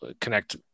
connect